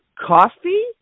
coffee